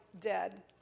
dead